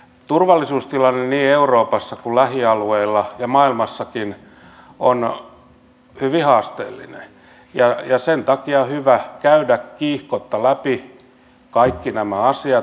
turvallisuustilanne niin euroopassa kuin lähialueilla ja maailmassakin on hyvin haasteellinen ja sen takia on hyvä käydä kiihkotta läpi kaikki nämä asiat